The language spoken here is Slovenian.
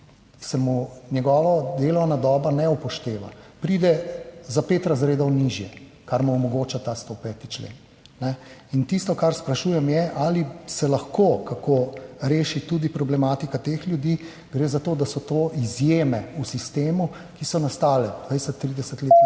se mu njegova delovna doba ne upošteva, pride za pet razredov nižje, kar mu omogoča ta 105. člen. Tisto, kar sprašujem, je, ali se lahko kako reši tudi problematika teh ljudi. Gre za to, da so to izjeme v sistemu, ki so nastale 20, 30 let